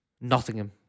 Nottingham